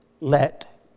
let